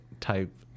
type